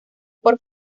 por